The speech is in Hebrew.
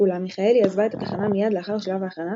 אולם מיכאלי עזבה את התחנה מיד לאחר שלב ההכנה,